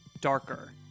darker